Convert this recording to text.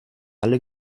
alle